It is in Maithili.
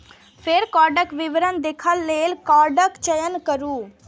फेर कार्डक विवरण देखै लेल कार्डक चयन करू